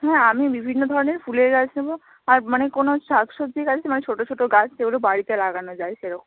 হ্যাঁ আমি বিভিন্ন ধরনের ফুলের গাছ নেবো আর মানে কোনো শাক সবজির গাছ আছে মানে ছোটো ছোটো গাছ যেগুলো বাড়িতে লাগানো যায় সেরকম